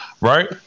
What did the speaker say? right